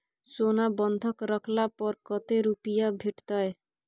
सोना बंधक रखला पर कत्ते रुपिया भेटतै?